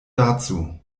dazu